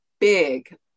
big